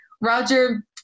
Roger